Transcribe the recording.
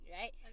right